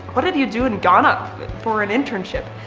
what did you do in ghana for an internship?